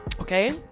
Okay